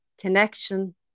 connection